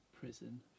prison